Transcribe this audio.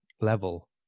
level